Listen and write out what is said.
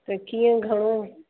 त कीअं घणो